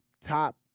top